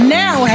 now